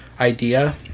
idea